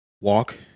walk